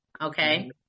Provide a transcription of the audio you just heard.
Okay